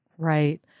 Right